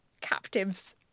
captives